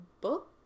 book